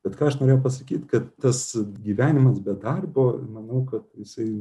bet ką aš norėjau pasakyti kad tas gyvenimas be darbo manau kad jisai